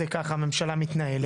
כך הממשלה מתנהלת.